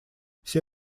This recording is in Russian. все